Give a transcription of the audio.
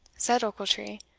said ochiltree,